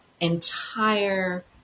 Entire